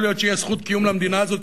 להיות שתהיה זכות קיום למדינה הזאת,